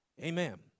Amen